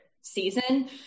season